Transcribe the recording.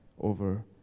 over